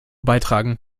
beitragen